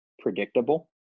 predictable